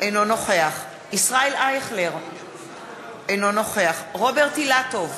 אינו נוכח ישראל אייכלר, אינו נוכח רוברט אילטוב,